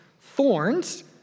Thorns